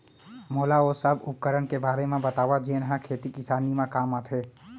मोला ओ सब उपकरण के बारे म बतावव जेन ह खेती किसानी म काम आथे?